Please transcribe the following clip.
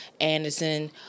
Anderson